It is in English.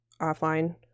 offline